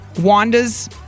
Wanda's